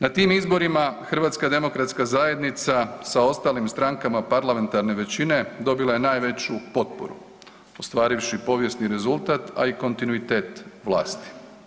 Na tim izborima HDZ sa ostalim strankama parlamentarne većine dobila je najveću potporu, ostvarivši povijesni rezultat, a i kontinuitet vlasti.